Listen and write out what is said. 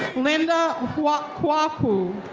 linda chukwu.